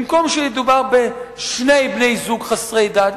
במקום שידובר בשני בני-זוג חסרי דת,